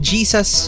Jesus